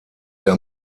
der